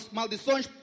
maldições